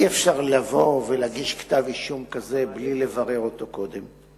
אי-אפשר לבוא ולהגיש כתב אישום כזה בלי לברר אותו קודם.